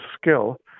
skill